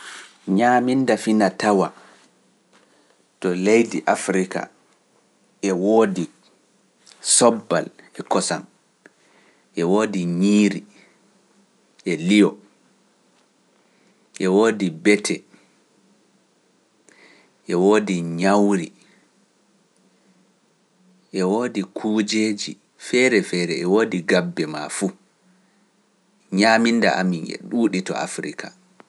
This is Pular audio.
Ñaaminda fina tawa to leydi Afrika e woodi soobal e kosam, e woodi ñiiri e liyo, e woodi bete, e woodi ñawri, e woodi kujeeji feere feere e woodi gabbe maa fuu, ñaaminda amin e ɗuuɗi to Afrika.